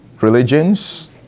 religions